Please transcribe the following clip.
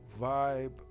Vibe